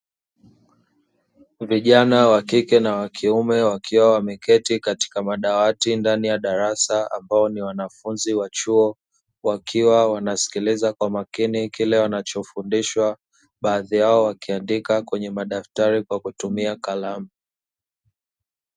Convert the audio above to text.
Vijana wa kike na wa kiume, wakiwa wameketi katika madawati ndani ya darasa, ambao ni wanafunzi wa chuo, wakiwa wanasikiliza kwa makini kile wanachofundishwa, baadhi yao wakiandika kwenye madaftari kwa kutumia kalamu.